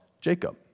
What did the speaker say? Jacob